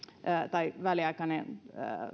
tai väliaikainen